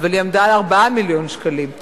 אבל היא היתה 4 מיליון שקלים,